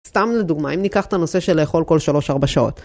סתם לדוגמה, אם ניקח את הנושא של לאכול כל 3-4 שעות.